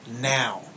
now